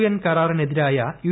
N കരാറിനെതിരായ U